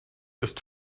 ist